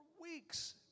weeks